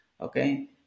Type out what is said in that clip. Okay